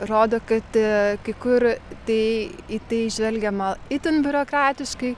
rodo kad kai kur tai į tai žvelgiama itin biurokratiškai